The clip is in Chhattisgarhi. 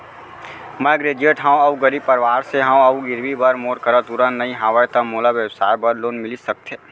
मैं ग्रेजुएट हव अऊ गरीब परवार से हव अऊ गिरवी बर मोर करा तुरंत नहीं हवय त मोला व्यवसाय बर लोन मिलिस सकथे?